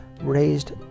raised